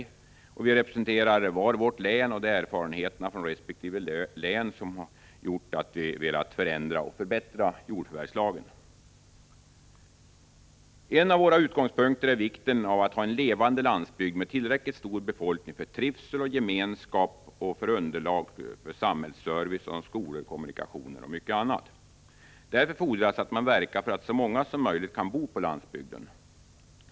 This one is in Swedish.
Var och en av oss representerar sitt län, och det är erfarenheterna från våra resp. län som gjort att vi velat förändra och förbättra jordförvärvslagen. En av våra utgångspunkter är vikten av att ha en levande landsbygd med tillräckligt stor befolkning för trivsel och gemenskap samt för underlag för samhällsservice såsom skolor, kommunikationer och mycket annat. Därför fordras att man verkar för att så många som möjligt kan bo på landsbygden.